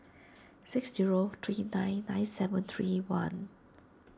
six zero three nine nine seven three one